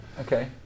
okay